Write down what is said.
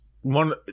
one